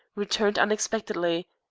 returned unexpectedly,